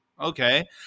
Okay